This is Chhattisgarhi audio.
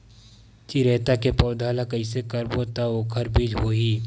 चिरैता के पौधा ल कइसे करबो त ओखर बीज होई?